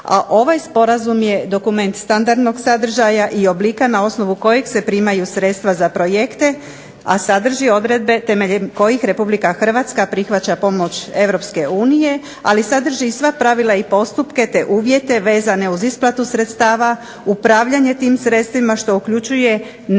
a ovaj Sporazum je dokument standardnog sadržaja i oblika na osnovu kojeg se primaju sredstva za projekte a sadrži odredbe temeljem kojih Republika Hrvatska prihvaća pomoć Europske unije, ali sadrži sva pravila i postupke te uvjete vezane uz isplatu sredstava, upravljanje tim sredstvima što uključuje načine